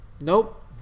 Nope